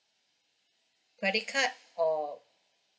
credit card or